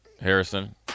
Harrison